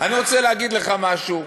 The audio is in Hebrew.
אני רוצה להגיד לך משהו,